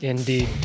Indeed